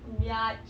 biatch